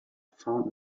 found